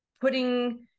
putting